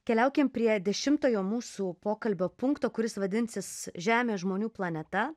keliaukim prie dešimtojo mūsų pokalbio punkto kuris vadinsis žemė žmonių planeta